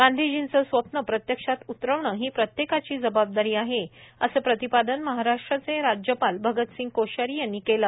गांधीजींचे स्वप्न प्रत्यक्षात उतरविणे ही प्रत्येकाची जबाबदारी आहेअसे प्रतिपादन महाराष्ट्राचे राज्यपाल भगत सिंह कोश्यारी यांनी केले